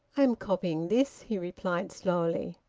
i'm copying this, he replied slowly,